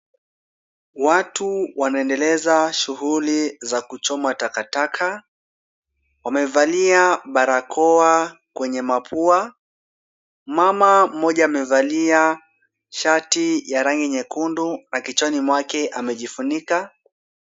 Watu wanaendeleza shughuli za kuchoma takataka. Wamevalia barakoa kwenye mapua. Mama mmoja amevalia shati ya rangi nyekundu na kichwani mwake amejifunika.